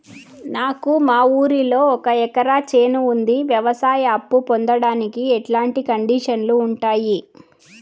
నాకు మా ఊరిలో ఒక ఎకరా చేను ఉంది, వ్యవసాయ అప్ఫు పొందడానికి ఎట్లాంటి కండిషన్లు ఉంటాయి?